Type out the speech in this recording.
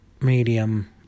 medium